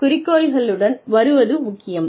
குறிக்கோள்களுடன் வருவது முக்கியம்